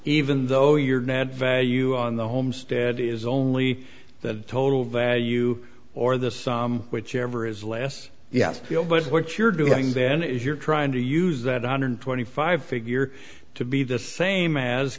even though your net value on the homestead is only that total value or this whichever is less yes but what you're doing then is you're trying to use that one hundred twenty five figure to be the same as